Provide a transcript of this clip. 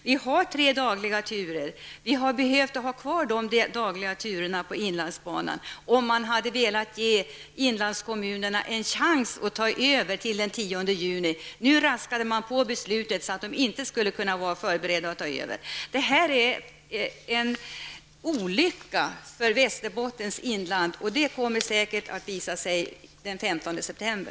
Vi har tre dagliga turer. Vi hade behövt ha kvar de dagliga turerna på inlandsbanan. Och det kunde vi ha fått om man hade velat ge inlandskommunerna en chans att ta över till den 10 juni. Nu raskade man på med beslutet så att de inte skulle vara förberedda att ta över. Det här är en olycka för Västerbottens inland, och det kommer säkert att visa sig den 15 september.